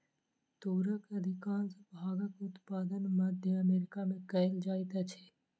तूरक अधिकाँश भागक उत्पादन मध्य अमेरिका में कयल जाइत अछि